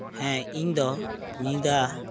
ᱦᱮᱸ ᱤᱧᱫᱚ ᱧᱤᱫᱟᱹ